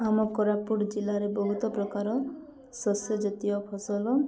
ଆମ କୋରାପୁଟ ଜିଲ୍ଲାରେ ବହୁତ ପ୍ରକାର ଶସ୍ୟ ଜାତୀୟ ଫସଲ